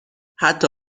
حتی